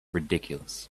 ridiculous